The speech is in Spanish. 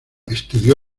estudió